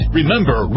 Remember